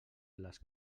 les